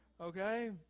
Okay